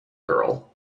girl